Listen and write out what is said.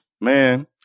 Man